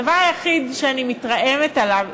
הדבר היחיד שאני מתרעמת עליו,